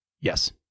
Yes